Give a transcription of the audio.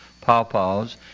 pawpaws